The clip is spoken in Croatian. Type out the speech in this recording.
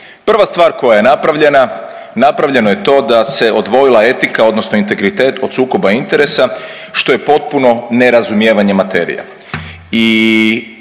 Prva stvar koja je napravljena napravljeno je to da se odvojila etika odnosno integritet od sukoba interesa, što je potpuno nerazumijevanje materija